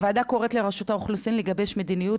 הוועדה קוראת לרשות האוכלוסין לגבש מדיניות